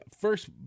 First